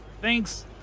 Thanks